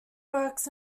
works